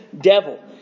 devil